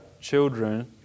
children